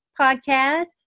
podcast